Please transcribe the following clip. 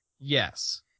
Yes